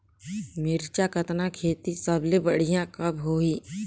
मिरचा कतना खेती सबले बढ़िया कब होही?